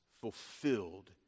fulfilled